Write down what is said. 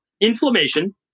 inflammation